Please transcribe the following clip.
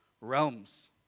Realms